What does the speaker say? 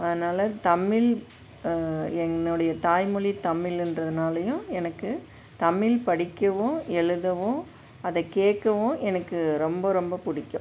அதனால தமிழ் என்னுடைய தாய்மொழி தமிழுன்றதுனாலையும் எனக்கு தமிழ் படிக்கவும் எழுதவும் அதை கேட்கவும் எனக்கு ரொம்ப ரொம்ப பிடிக்கும்